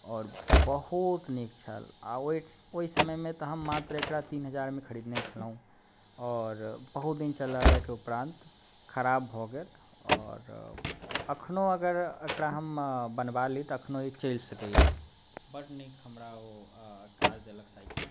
आओर बहुत नीक छल आ ओहि ओहि समय मे तऽ हम मात्र एकरा तीन हजार मे खरीदने छलहुॅं आओर बहुत दिन चललै के उपरान्त खराब भऽ गेल आओर अखनो अगर एकरा हम बनबा ली तऽ अखनो ई चलि सकैया बड नीक हमरा ओ अऽ काज देलक साइकिल